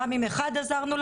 גם אם עזרנו לאחד,